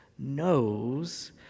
knows